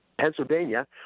Pennsylvania